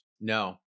No